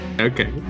Okay